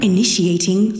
Initiating